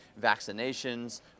vaccinations